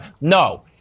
No